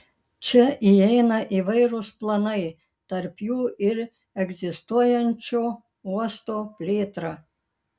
čia įeina įvairūs planai tarp jų ir egzistuojančio uosto plėtra